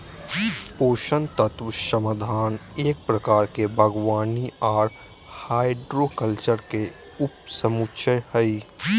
पोषक तत्व समाधान एक प्रकार के बागवानी आर हाइड्रोकल्चर के उपसमुच्या हई,